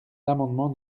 l’amendement